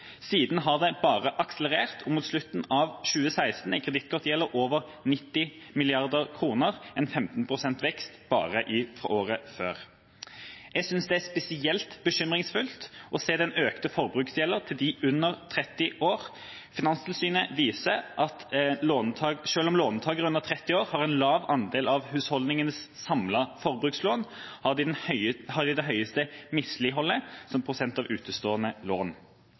Siden har det akselerert, og mot slutten av 2016 er kredittkortgjelden over 90 mrd. kr – en vekst på 15 pst. bare fra året før. Jeg synes det er spesielt bekymringsfullt å se den økte forbruksgjelden som de under 30 år har. Finanstilsynet viste at selv om låntakere under 30 år har en lav andel av husholdningenes samlede forbrukslån, har de det høyeste misligholdet regnet i prosent av utestående lån.